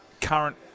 current